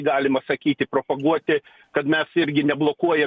galima sakyti propaguoti kad mes irgi neblokuoja